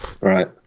Right